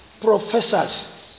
professors